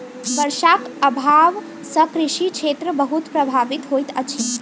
वर्षाक अभाव सॅ कृषि क्षेत्र बहुत प्रभावित होइत अछि